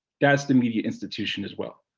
that's the media institution as well.